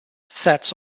sets